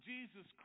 Jesus